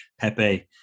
Pepe